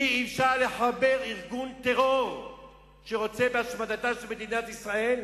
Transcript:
אי-אפשר לחבר ארגון טרור שרוצה בהשמדתה של מדינת ישראל,